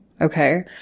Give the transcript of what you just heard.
Okay